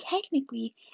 technically